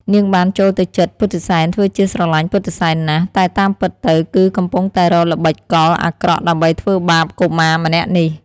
នាងបានចូលទៅជិតពុទ្ធិសែនធ្វើជាស្រឡាញ់ពុទ្ធិសែនណាស់ តែតាមពិតទៅគឺកំពុងតែរកល្បិចកលអាក្រក់ដើម្បីធ្វើបាបកុមារម្នាក់នេះ។